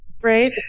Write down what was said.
Right